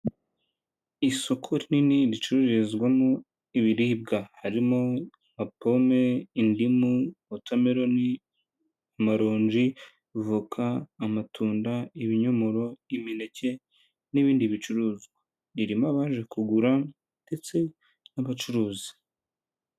Isoko rinini ricururizwamo ibiribwa harimo pome, indimu, wotameroni, amaronji, voka, amatunda, ibinyomoro, imineke n'ibindi bicuruzwa. Ririmo abaje kugura ndetse n'abacuruzi.